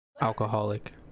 alcoholic